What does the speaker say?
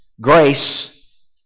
grace